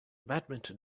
badminton